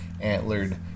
antlered